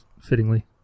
fittingly